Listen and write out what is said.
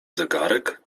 zegarek